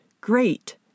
great